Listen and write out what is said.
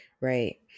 Right